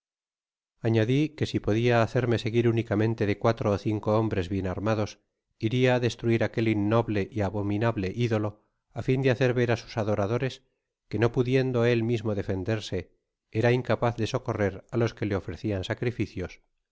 añadi que si podia hacerme seguir únicamente de cuatro ó cinco hombres bien armados iria á destruir aquel innoble y abominable idolo á fin de hacer ver á sus adoradores que no pudiendo él mismo defenderse era incapaz de socorrer á los que le ofrecian sacrificios